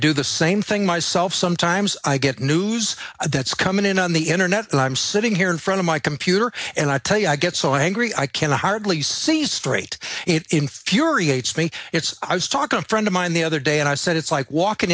do the same thing myself sometimes i get news that's coming in on the internet and i'm sitting here in front of my computer and i tell you i get so angry i can hardly see straight it infuriates me it's i was talking to friend of mine the other day and i said it's like walking